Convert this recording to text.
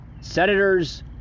Senators